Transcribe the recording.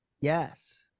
Yes